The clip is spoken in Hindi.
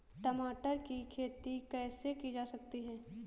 टमाटर की खेती कैसे की जा सकती है?